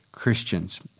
Christians